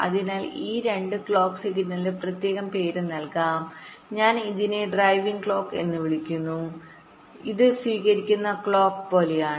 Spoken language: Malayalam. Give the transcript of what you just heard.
അതിനാൽ ഈ രണ്ട് ക്ലോക്ക് സിഗ്നലിന് പ്രത്യേകം പേര് നൽകാം ഞാൻ ഇതിനെ ഡ്രൈവിംഗ് ക്ലോക്ക് എന്ന് വിളിക്കുന്നു ഇത് സ്വീകരിക്കുന്ന ക്ലോക്ക് പോലെയാണ്